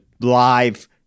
live